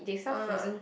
ah ah